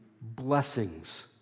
blessings